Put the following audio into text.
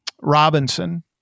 Robinson